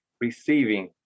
receiving